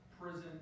prison